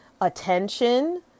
attention